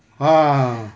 ah